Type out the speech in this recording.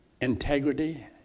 integrity